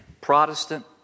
Protestant